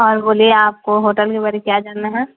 اور بولیے آپ کو ہوٹل کے بارے کیا جاننا ہے